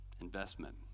investment